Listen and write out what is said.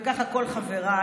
וככה כל חבריי.